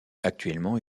actuellement